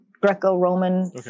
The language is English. greco-roman